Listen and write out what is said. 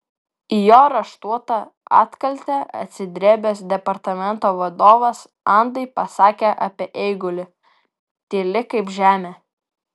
į jo raštuotą atkaltę atsidrėbęs departamento vadovas andai pasakė apie eigulį tyli kaip žemė